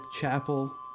chapel